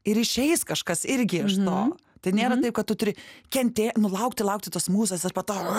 ir išeis kažkas irgi iš to tai nėra taip kad tu turi kentė nu laukti laukti tos mūzos ir po to